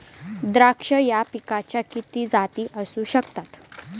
द्राक्ष या पिकाच्या किती जाती असू शकतात?